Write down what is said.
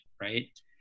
right